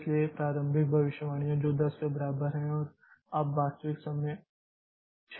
इसलिए प्रारंभिक भविष्यवाणियां जो 10 के बराबर है और आप वास्तविक समय 6 है